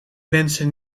wensen